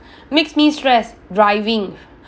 makes me stress driving